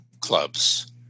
clubs